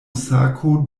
sako